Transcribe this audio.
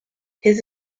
his